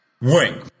Wing